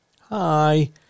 Hi